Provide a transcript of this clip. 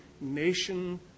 nation